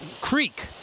Creek